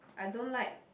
I don't like